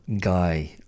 guy